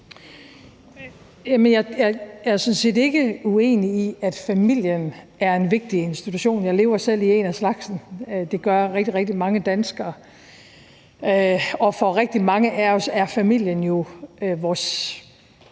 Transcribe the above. Jeg er sådan set ikke uenig i, at familien er en vigtig institution. Jeg lever selv i en af slagsen, og det gør rigtig, rigtig mange danskere. Og for rigtig mange af os er familien jo vores